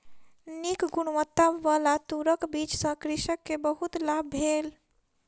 नीक गुणवत्ताबला तूरक बीज सॅ कृषक के बहुत लाभ भेल